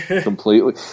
completely